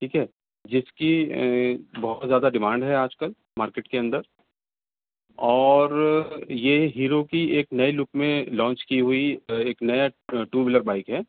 ٹھیک ہے جس کی بہت زیادہ ڈیمانڈ ہے آج کل مارکیٹ کے اندر اور یہ ہیرو کی ایک نئی لک میں لانچ کی ہوئی ایک نیا ٹو ویلر بائک ہے